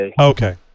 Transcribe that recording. Okay